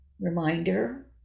reminder